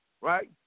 Right